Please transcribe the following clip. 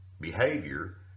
behavior